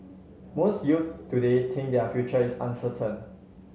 most youth today think that their future is uncertain